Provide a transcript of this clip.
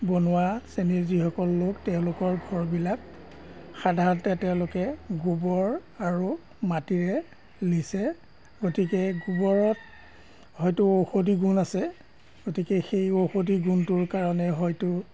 বনুৱা শ্ৰেণীৰ যিসকল লোক তেওঁলোকৰ ঘৰবিলাক সাধাৰণতে তেওঁলোকে গোবৰ আৰু মাটিৰে লিপে গতিকে গোবৰত হয়টো ঔষধি গুণ আছে গতিকে সেই ঔষধি গুণটোৰ কাৰণে হয়টো